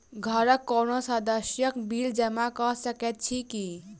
घरक कोनो सदस्यक बिल जमा कऽ सकैत छी की?